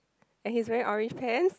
and his very orange pants